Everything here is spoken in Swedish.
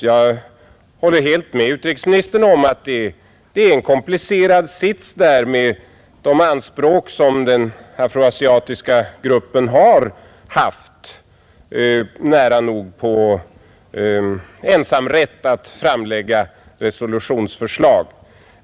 Jag håller helt med utrikesministern om att det är en komplicerad sits där, med de anspråk som den afro-asiatiska gruppen har haft på nära nog ensamrätt att framlägga resolutionsförslag.